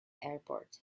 airport